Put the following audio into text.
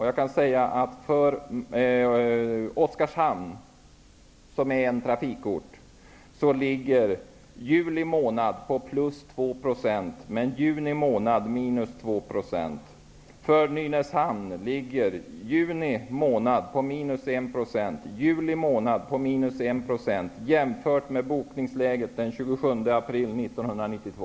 Trafikorten Oskarshamn ligger då för juli månad på plus 2 % men för juni månad på minus 2 %. Nynäshamn ligger för juni månad på minus 1 % och för juli månad på minus 1 % jämfört med bokningsläget den 27 april 1992.